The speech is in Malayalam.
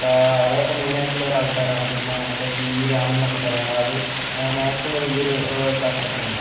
അപ്പോൾ അവരൊക്കെ മെയിനായിട്ടുള്ളൊരു ആൾക്കാരാണ് പിന്നെ നമുക്ക് സിവി രാമൻ എന്നൊക്കെ പറയാം അത് മാത്സിന്റെ വലിയൊരു ശാസ്ത്രജ്ഞനാണ്